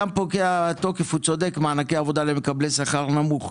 וגם פוקע התוקף למענקי עבודה למקבלי שכר נמוך.